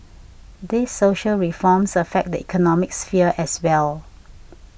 these social reforms affect the economic sphere as well